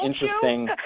interesting